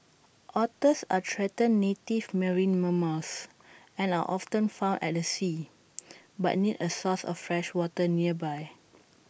otters are threatened native marine mammals and are often found at A sea but need A source of fresh water nearby